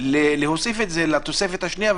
ניתן להוסיף אותם לתוספת השנייה.